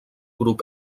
grup